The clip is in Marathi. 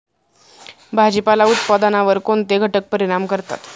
भाजीपाला उत्पादनावर कोणते घटक परिणाम करतात?